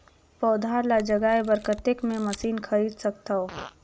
पौधा ल जगाय बर कतेक मे मशीन खरीद सकथव?